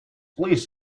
please